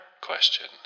question